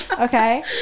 Okay